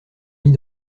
mit